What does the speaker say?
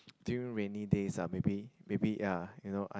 during rainy days ah maybe maybe ya you know I